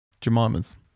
Jemima's